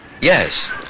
Yes